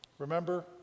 remember